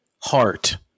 heart